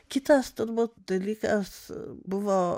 kitas turbūt dalykas buvo